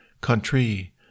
country